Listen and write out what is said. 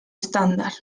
estándar